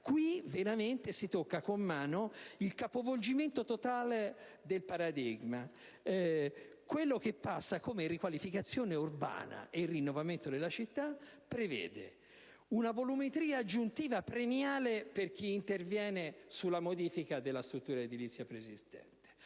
cui veramente si tocca con mano il capovolgimento totale del paradigma. Quello che passa come riqualificazione urbana e rinnovamento della città prevede una volumetria aggiuntiva premiale per chi interviene sulla modifica della struttura edilizia preesistente;